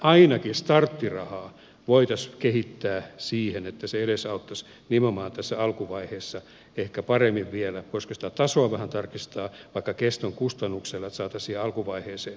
ainakin starttirahaa voitaisiin kehittää siihen että se edesauttaisi nimenomaan tässä alkuvaiheessa ehkä paremmin vielä ja siihen voisiko sitä tasoa vähän tarkistaa vaikka keston kustannuksella että saataisiin alkuvaiheeseen parempaa tukea